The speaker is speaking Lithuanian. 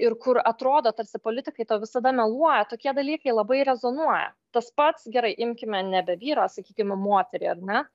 ir kur atrodo tarsi politikai tau visada meluoja tokie dalykai labai rezonuoja tas pats gerai imkime nebe vyrą o sakykime moterį ar ne